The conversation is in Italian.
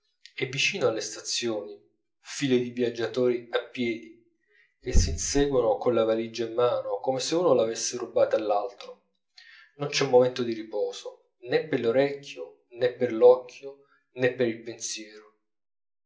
e vicino alle stazioni file di viaggiatori a piedi che s'inseguono colla valigia in mano come se uno l'avesse rubata all'altro non c'è un momento di riposo nè per l'orecchio nè per l'occhio nè per il pensiero